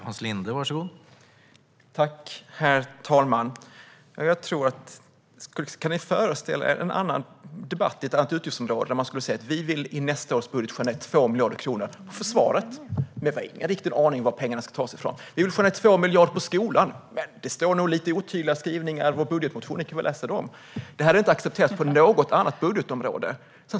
Herr talman! Kan ni föreställa er en annan debatt, inom ett annat utgiftsområde, där man skulle säga att man i nästa års budget vill skära ned på försvaret med 2 miljarder kronor? Men man har ingen riktig aning om var pengarna ska tas ifrån. Tänk er att man vill skära ned 2 miljarder på skolan och hänvisar till otydliga skrivningar i en budgetmotion. Sådant hade inte accepterats på något annat budgetområde.